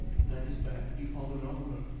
that is bad. he followed oliver.